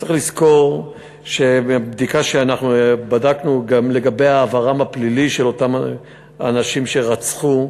צריך לזכור שבבדיקה שבדקנו גם לגבי עברם הפלילי של אותם אנשים שרצחו,